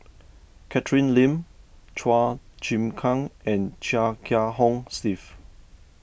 Catherine Lim Chua Chim Kang and Chia Kiah Hong Steve